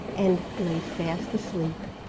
and lay fast asleep.